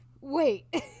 Wait